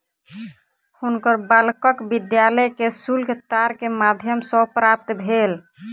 हुनकर बालकक विद्यालय के शुल्क तार के माध्यम सॅ प्राप्त भेल